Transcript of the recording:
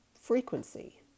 frequency